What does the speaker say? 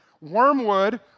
Wormwood